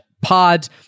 pods